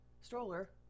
stroller